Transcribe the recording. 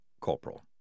Corporal